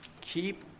keep